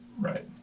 Right